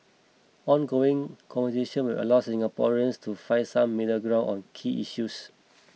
ongoing conversation will allow Singaporeans to find some middle ground on key issues